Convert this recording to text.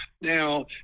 Now